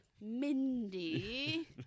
Mindy